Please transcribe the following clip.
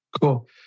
Cool